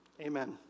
Amen